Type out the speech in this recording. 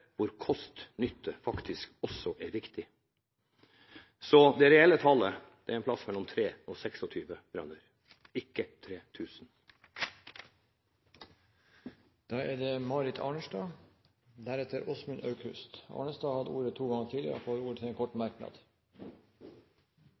hvor kost–nytte faktisk også er viktig. Så det reelle tallet ligger et sted mellom 23 og 26 brønner – ikke 3 000. Representanten Marit Arnstad har hatt ordet to ganger tidligere og får ordet til en kort